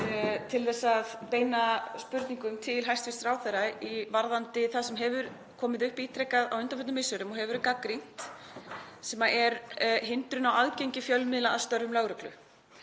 til að beina spurningum til hæstv. ráðherra varðandi það sem hefur komið upp ítrekað á undanförnum misserum og hefur verið gagnrýnt, sem er hindrun á aðgengi fjölmiðla að störfum lögreglu.